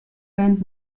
band